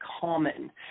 common